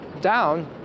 down